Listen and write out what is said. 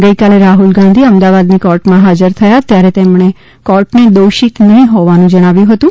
ગઇકાલે રાહ્લ ગાંધી અમદાવાદની કોર્ટમાં હાજર થયા ત્યારે તેમણે કોર્ટને દોષિત નફીં હોવાનું જણાવ્યું હતું